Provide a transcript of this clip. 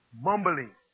mumbling